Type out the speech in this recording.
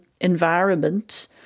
environment